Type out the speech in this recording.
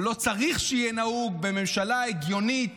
או לא צריך שיהיה נהוג בממשלה הגיונית,